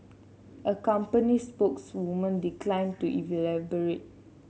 a company spokeswoman declined to